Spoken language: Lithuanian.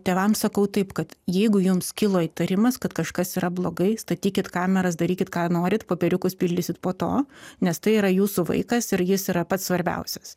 tėvams sakau taip kad jeigu jums kilo įtarimas kad kažkas yra blogai statykit kameras darykit ką norit popieriukus pildysit po to nes tai yra jūsų vaikas ir jis yra pats svarbiausias